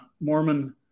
Mormon